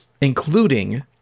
including